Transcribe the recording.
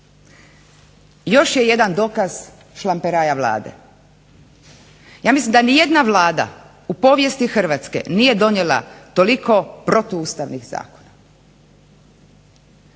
još jedan dokaz šlamperaja Vlade. Ja mislim da nijedna Vlada u povijesti Hrvatske nije donijela toliko protuustavnih zakona.